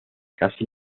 casi